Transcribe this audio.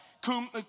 cum